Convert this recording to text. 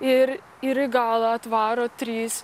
ir ir į galą atvaro trys